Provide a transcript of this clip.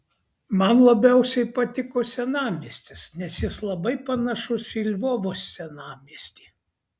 man labiausiai patiko senamiestis nes jis labai panašus į lvovo senamiestį